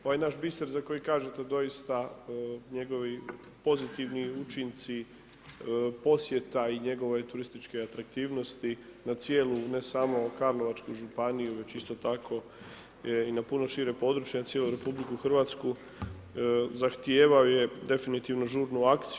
Ovaj naš biser za koji kažete doista njegovi pozitivni učinci posjeta i njegove turističke atraktivnosti na cijelu, ne samo Karlovačku županiju već isto tako je i na puno šire područje, na cijelu RH zahtijevao je definitivno žurnu akciju.